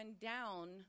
down